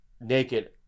naked